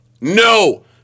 No